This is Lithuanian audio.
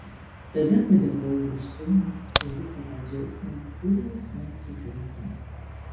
tada padėkojau už sūnų ir visą tą džiaugsmą kurį jis man suteikia